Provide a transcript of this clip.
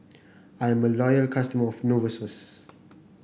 I'm a loyal customer of Novosource